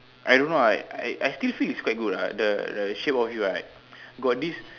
I don't know I I still feel it's quite good ah the the shape of you right got this